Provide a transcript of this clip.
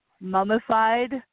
mummified